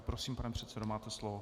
Prosím, pane předsedo, máte slovo.